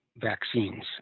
vaccines